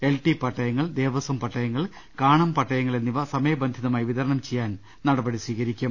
LT പട്ടയങ്ങൾ ദേവസ്വം പട്ടയങ്ങൾ കാണം പട്ടയങ്ങൾ എന്നിവ സമയബന്ധിതമായി വിതരണം ചെയ്യാൻ നടപടി സ്വീകരിക്കും